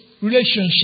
relationship